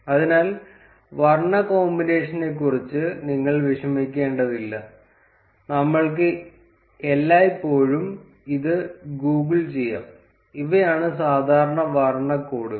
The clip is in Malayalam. അതിനാൽ വർണ്ണ കോമ്പിനേഷനെക്കുറിച്ച് നിങ്ങൾ വിഷമിക്കേണ്ടതില്ല നമ്മൾക്ക് എല്ലായ്പ്പോഴും ഇത് ഗൂഗിൾ ചെയ്യാം ഇവയാണ് സാധാരണ വർണ്ണ കോഡുകൾ